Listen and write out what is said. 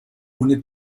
ohne